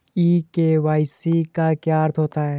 ई KYC का क्या अर्थ होता है?